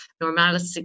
normality